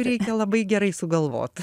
reikia labai gerai sugalvot